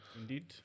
indeed